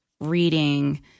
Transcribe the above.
reading